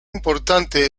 importante